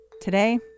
today